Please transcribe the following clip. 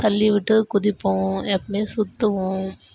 தள்ளிவிட்டு குதிப்போம் எப்போயுமே சுற்றுவோம்